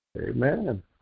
Amen